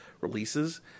releases